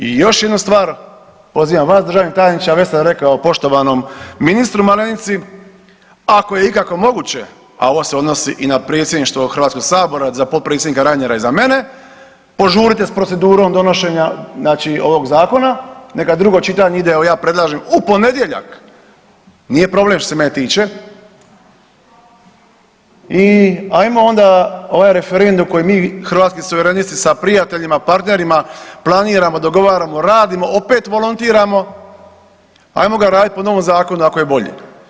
I još jednu stvar pozivam vas, državni tajniče, a već sam rekao poštovanom ministru Malenici, ako je ikako moguće, a ovo se odnosi i na Predsjedništvo HS-a za potpredsjednika Reinera i za mene, požurite s procedurom donošenja znači ovog Zakona, neka drugo čitanje ide, evo, ja predlažem, u ponedjeljak, nije problem što se mene tiče, i ajmo onda ovaj referendum koji mi, Hrvatski suverenisti sa prijateljima, partnerima planiramo, dogovaramo, radimo, opet volontiramo, ajmo ga raditi po novom zakonu, ako je bolje.